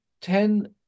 ten